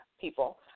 people